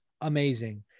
amazing